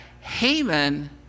Haman